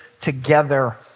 together